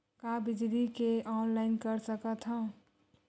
का बिजली के ऑनलाइन कर सकत हव?